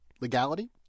Legality